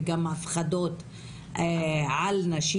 וגם הפחדות על נשים.